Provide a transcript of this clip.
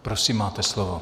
Prosím, máte slovo.